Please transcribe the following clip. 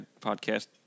Podcast